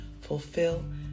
fulfill